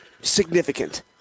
significant